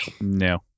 No